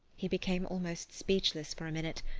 he became almost speechless for a minute,